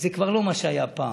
זה כבר לא מה שהיה פעם.